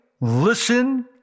listen